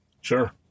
Sure